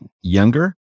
younger